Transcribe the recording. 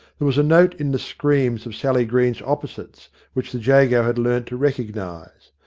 there was a note in the screams of sally green's opposites which the jago had learned to recognise.